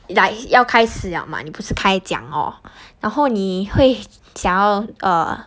like 要开始 liao mah 你不是刚才讲 orh 然后你会想要 uh